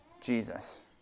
Jesus